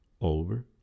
over